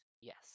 Yes